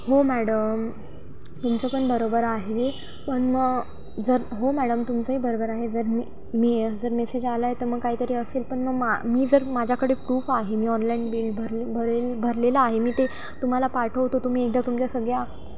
हो मॅडम तुमचं पण बरोबर आहे पण मग जर हो मॅडम तुमचंही बरोबर आहे जर मी मी जर मेसेज आला आहे तर मग काहीतरी असेल पण मग मा मी जर माझ्याकडे प्रूफ आहे मी ऑनलाईन बिल भरले भरेल भरलेलं आहे मी ते तुम्हाला पाठवतो तुम्ही एकदा तुमच्या सगळ्या